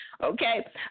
Okay